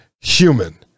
human